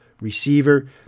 receiver